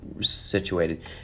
situated